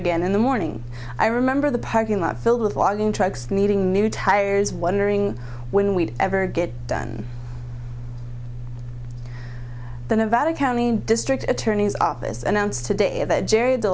again in the morning i remember the parking lot filled with logging trucks meeting new tires wondering when we'd ever get done the nevada county district attorney's office announced today that jerry